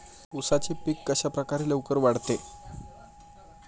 उसाचे पीक कशाप्रकारे लवकर वाढते?